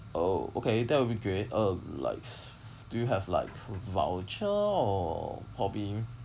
oh okay that would be great uh like do you have like v~ voucher or probably